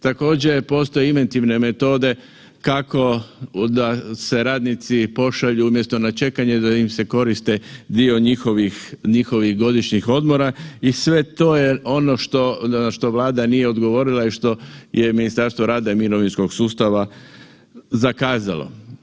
Također, postoje inventivne metode kako da se radnici pošalju, umjesto na čekanje, da im se koristi dio njihovih godišnjih odmora i sve to je ono što Vlada nije odgovorila i što je Ministarstvo rada i mirovinskog sustava zakazalo.